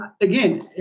Again